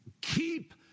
Keep